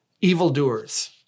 evildoers